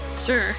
Sure